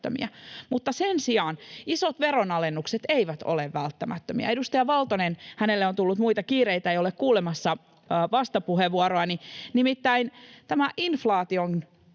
mutta sen sijaan isot veronalennukset eivät ole välttämättömiä. Edustaja Valtonen — hänelle on tullut muita kiireitä, ei ole kuulemassa vastapuheenvuoroani. Nimittäin tämä inflaation